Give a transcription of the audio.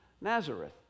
Nazareth